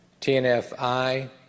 TNFi